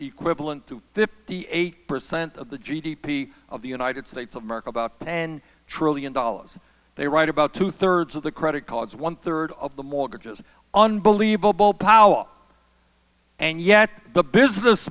equivalent to fifty eight percent of the g d p of the united states of america about and trillion dollars they write about two thirds of the credit cards one third of the mortgages unbelievable power and yet the business